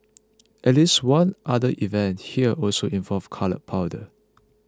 at least one other event here also involved coloured powder